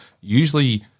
usually